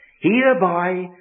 Hereby